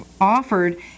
offered